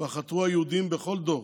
חתרו היהודים בכל דור